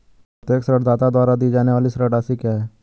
प्रत्येक ऋणदाता द्वारा दी जाने वाली ऋण राशि क्या है?